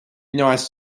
nice